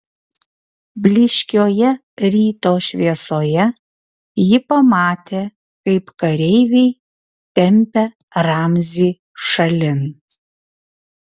blyškioje ryto šviesoje ji pamatė kaip kareiviai tempia ramzį šalin